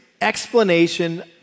explanation